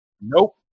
Nope